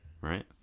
right